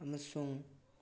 ꯑꯃꯁꯨꯡ